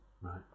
Right